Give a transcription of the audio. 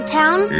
town